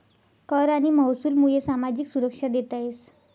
कर आणि महसूलमुये सामाजिक सुरक्षा देता येस